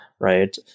right